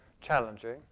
challenging